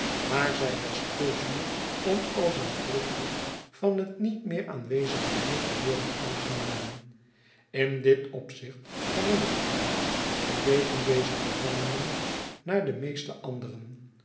maar zij was te zuur om als een proefje van het niet meer aanwezige bier te worden aangenomen in dit opzicht herinner ik mij geleken deze gevangenen naar de meeste anderen